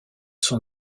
sont